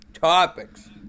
Topics